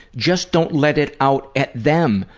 just don't let it out at them.